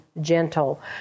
gentle